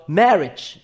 marriage